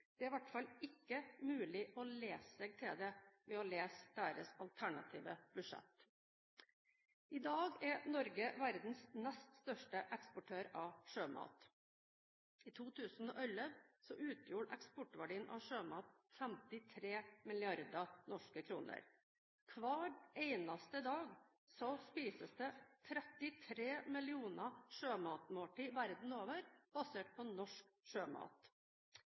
er i hvert fall ikke mulig å lese seg til det ved å lese deres alternative budsjett. I dag er Norge verdens nest største eksportør av sjømat. I 2011 utgjorde eksportverdien av sjømat 53 milliarder norske kroner. Hver eneste dag spises det 33 millioner sjømatmåltider verden over, basert på norsk sjømat.